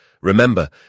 Remember